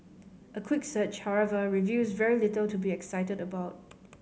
a quick search however reveals very little to be excited about